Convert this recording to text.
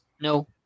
No